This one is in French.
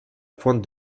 pointe